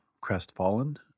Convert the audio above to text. crestfallen